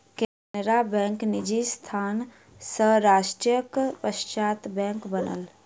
Canara bank निजी संस्थान सॅ राष्ट्रीयकरणक पश्चात बैंक बनल